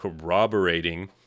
corroborating